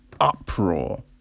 uproar